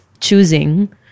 choosing